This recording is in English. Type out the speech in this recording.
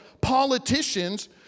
politicians